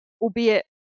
albeit